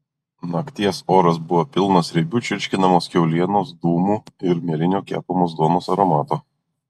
nakties oras buvo pilnas riebių čirškinamos kiaulienos dūmų ir mielinio kepamos duonos aromato